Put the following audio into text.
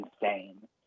insane